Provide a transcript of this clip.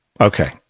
okay